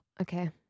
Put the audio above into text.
Okay